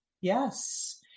Yes